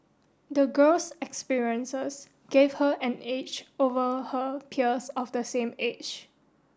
the girl's experiences gave her an edge over her peers of the same age